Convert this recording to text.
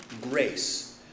grace